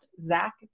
Zach